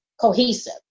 cohesive